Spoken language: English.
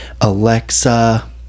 Alexa